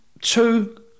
two